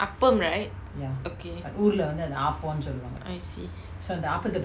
appam right I see